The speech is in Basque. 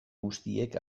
guztiek